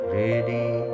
ready